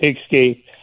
escape